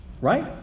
Right